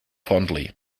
fondly